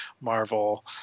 Marvel